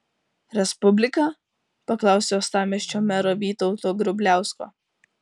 respublika paklausė uostamiesčio mero vytauto grubliausko